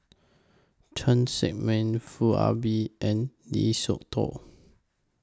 Cheng Tsang Man Foo Ah Bee and Lee Siew Choh